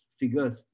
figures